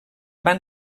van